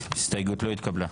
ההסתייגות לא התקבלה.